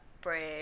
bread